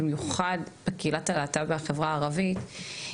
במיוחד בקהילת הלהט״ב בחברה הערבית,